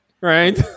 right